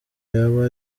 yaba